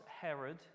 Herod